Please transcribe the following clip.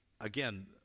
again